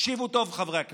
תקשיבו טוב, חברי הכנסת,